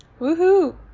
Woohoo